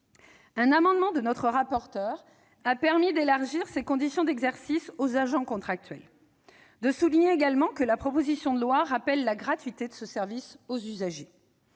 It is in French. d'un amendement de notre rapporteur a permis d'élargir ces conditions d'exercice aux agents contractuels, mais aussi de souligner que la proposition de loi rappelle la gratuité de ce service aux usagers.